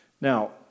Now